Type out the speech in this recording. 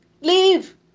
Leave